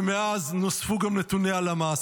ומאז נוספו גם נתוני הלמ"ס.